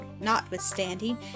notwithstanding